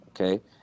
Okay